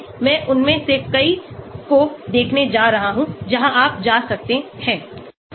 मैं उनमें से कई को दिखाने जा रहा हूं जहां आप जा सकते हैं